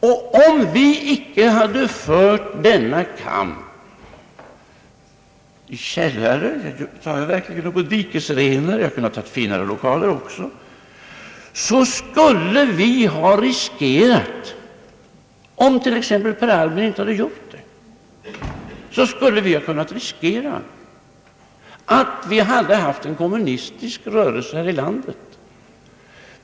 Om vi, Per Albin och andra, inte hade fört denna kamp i källare eller på dikesrenar — det fanns finare lokaler också — skulle vi ha riskerat att man hade haft en stark kommunistisk rörelse här i landet.